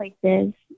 places